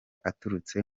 aturutse